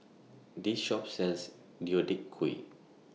This Shop sells Deodeok Gui